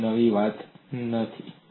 તે કંઈ નવી વાત નથી